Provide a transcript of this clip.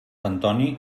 antoni